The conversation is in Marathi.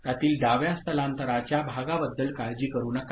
त्यातील डाव्या स्थलांतराच्या भागाबद्दल काळजी करू नका